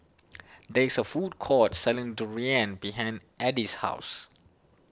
there is a food court selling Durian behind Edie's house